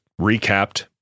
recapped